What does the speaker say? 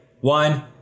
One